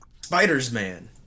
Spider-Man